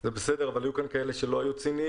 זה בסדר, אבל היו כאן כאלה שלא היו ציניים.